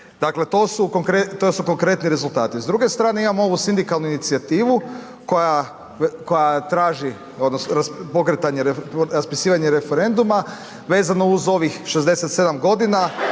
Dakle to su konkretni rezultati. S druge strane imamo ovu sindikalnu inicijativu koja traži, odnosno, pokretanje, raspisivanje referenduma vezano uz ovih 67 godina,